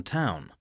town